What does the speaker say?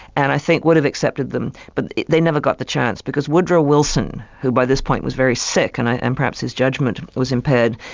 and i think would have accepted them. but they never got the chance, because woodrow wilson, who by this point was very sick, and and perhaps his judgment was impaired,